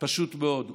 פשוט מאוד.